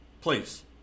please